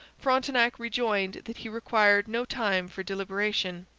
frontenac rejoined that he required no time for deliberation,